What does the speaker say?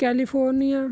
California